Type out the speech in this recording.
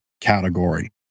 category